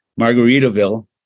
Margaritaville